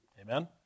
Amen